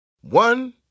One